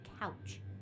couch